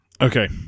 Okay